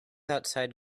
outside